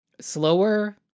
slower